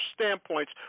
standpoints